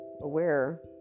aware